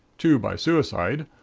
two by suicide,